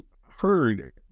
heard